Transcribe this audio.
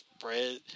spread